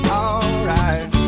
alright